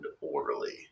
orderly